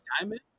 Diamond